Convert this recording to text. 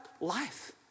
life